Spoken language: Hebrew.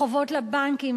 חובות לבנקים,